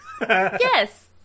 Yes